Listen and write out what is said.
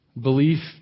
Belief